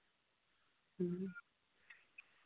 ᱦᱮᱸ